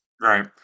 Right